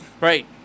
right